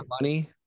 money